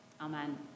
amen